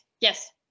yes